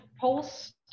post